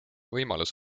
võimalus